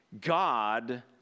God